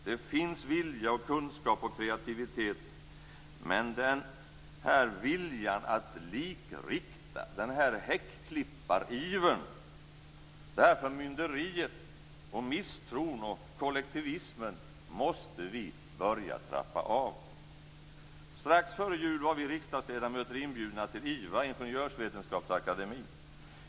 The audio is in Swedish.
Det finns vilja och kunskap och kreativitet. Men den här viljan att likrikta, häckklipparivern, förmynderiet, misstron och kollektivismen måste vi börja trappa av. Strax före jul var vi riksdagsledamöter inbjudna till IVA, Ingenjörsvetenskapsakademien.